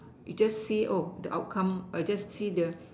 we just see oh the outcome or just see the